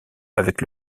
avec